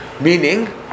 meaning